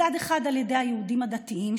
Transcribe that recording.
מצד אחד על ידי היהודים הדתיים,